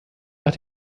nach